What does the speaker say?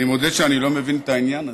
אני מודה שאני לא מבין את העניין הזה,